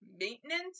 maintenance